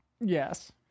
yes